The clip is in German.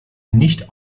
nicht